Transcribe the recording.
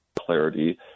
clarity